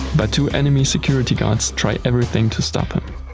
but two enemy security guards try everything to stop him.